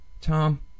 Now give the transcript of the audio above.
Tom